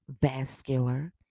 vascular